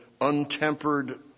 untempered